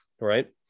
Right